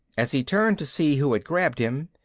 as he turned to see who had grabbed him,